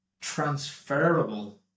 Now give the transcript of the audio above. transferable